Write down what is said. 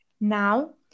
now